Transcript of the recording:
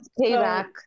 payback